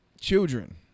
children